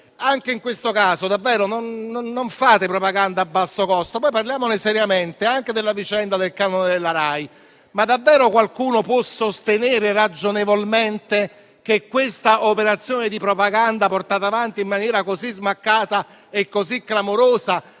Anche in questo caso, non fate propaganda a basso costo. Parliamo seriamente anche della vicenda del canone della RAI. Davvero qualcuno può sostenere ragionevolmente che l'operazione di propaganda portata avanti in maniera così smaccata e così clamorosa